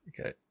okay